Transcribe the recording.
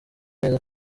neza